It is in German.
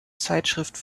zeitschrift